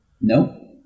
no